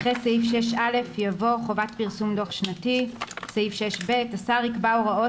אחרי סעיף 6א יבוא: "חובת פרסום דוח שנתי" 6ב. השר יקבע הוראות